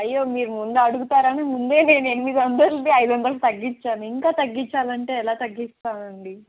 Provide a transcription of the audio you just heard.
అయ్యో మీరు ముందు అడుగుతారని ముందే నేను ఎనిమిది వందలది ఐదు వందలకి తగ్గించాను ఇంకా తగ్గించాలంటే ఎలా తగ్గిస్తానండి